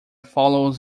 follows